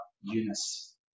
Eunice